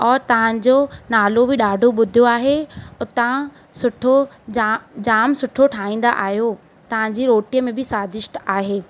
और तव्हांजो नालो बि ॾाढो ॿुधियो आहे और तव्हां सुठो जा जाम सुठो ठाहींदा आहियो तव्हांजी रोटीअ में बि स्वादिष्ट आहे